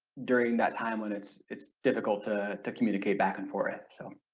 during that time when it's it's difficult to to communicate back and forth so,